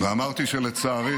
-- ואמרתי שלצערי